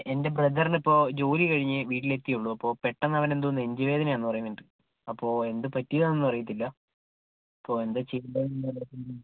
എൻ്റെ ബ്രദറിനിപ്പോൾ ജോലി കഴിഞ്ഞ് വീട്ടിലെത്തിയേ ഉള്ളൂ അപ്പോൾ പെട്ടന്നവനെന്തോ നെഞ്ച് വേദനയാന്ന് പറയുന്നുണ്ട് അപ്പോൾ എന്ത് പറ്റിയതാന്നൊന്നും അറിയത്തില്ല അപ്പോൾ എന്താ ചെയ്യേണ്ടത്